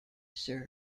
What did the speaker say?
serve